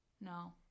no